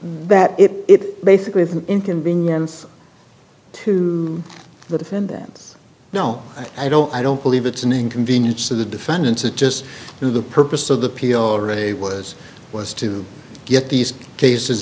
that it basically is an inconvenience to the defendants no i don't i don't believe it's an inconvenience to the defendants it just for the purpose of the piano or a was was to get these cases